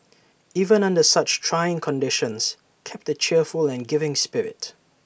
even under such trying conditions kept A cheerful and giving spirit